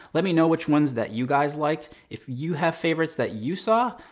let me know which ones that you guys liked. if you have favorites that you saw,